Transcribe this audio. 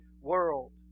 world